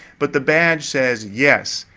but the badge says, yes,